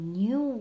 new